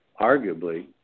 arguably